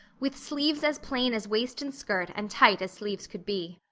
with sleeves as plain as waist and skirt and tight as sleeves could be.